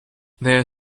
their